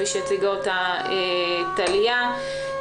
כפי שהציגה טליה לנקרי,